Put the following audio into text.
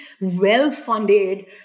well-funded